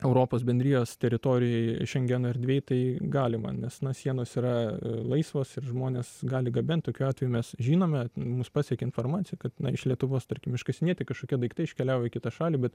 europos bendrijos teritorijoje šengeno erdvėj tai galima nes na sienos yra laisvos ir žmonės gali gabent tokiu atveju mes žinome mus pasiekia informacija kad iš lietuvos tarkim iškasinėti kažkokie daiktai iškeliavo į kitą šalį bet